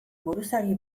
buruzagi